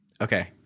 Okay